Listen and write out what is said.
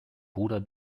bruder